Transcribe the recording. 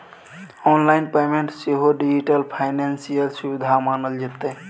online payment सेहो digital financial सुविधा मानल जेतै